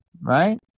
right